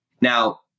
Now